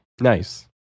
Nice